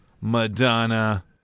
Madonna